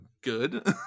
good